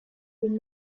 been